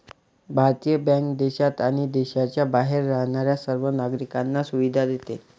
भारतीय बँक देशात आणि देशाच्या बाहेर राहणाऱ्या सर्व नागरिकांना सुविधा देते